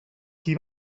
qui